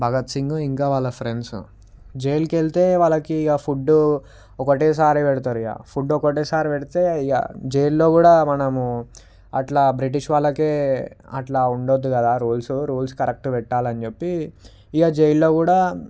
భగత్ సింగ్ ఇంకా వాళ్ళ ఫ్రెండ్స్ జైలుకేళ్తే వాళ్ళకి ఆ ఫుడ్డు ఒకటే సారి పెడతారు ఇక ఫుడ్డు ఒకటే సారి పెడితే ఇగ జైల్లో కూడా మనము అట్లా బ్రిటిష్ వాళ్ళకే అట్లా ఉండద్దు కదా రూల్స్ రూల్స్ కరెక్ట్ పెట్టాలనిచెప్పి ఇక జైల్లో కూడా